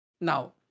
Now